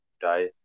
die